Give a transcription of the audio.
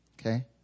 Okay